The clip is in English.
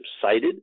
subsided